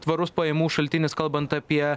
tvarus pajamų šaltinis kalbant apie